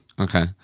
Okay